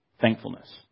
thankfulness